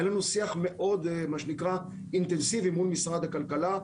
היה לנו שיח מאוד אינטנסיבי מול משרד הכלכלה.